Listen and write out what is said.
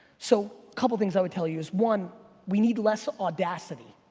so couple things i would tell you is one, we need less audacity.